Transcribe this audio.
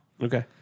Okay